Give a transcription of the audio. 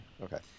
Okay